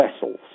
vessels